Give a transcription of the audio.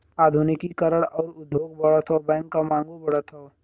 आधुनिकी करण आउर उद्योग बढ़त हौ बैंक क मांगो बढ़त हौ